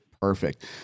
Perfect